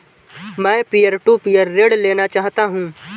मैं peer to peer ऋण लेना चाहता हूँ